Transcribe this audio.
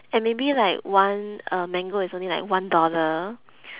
and maybe like one uh mango it's only like one dollar